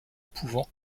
pouvant